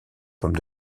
pomme